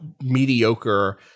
mediocre